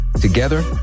Together